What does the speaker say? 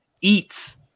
eats